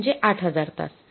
ते म्हणजे ८००० तास